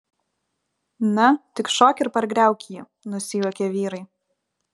na tik šok ir pargriauk jį nusijuokė vyrai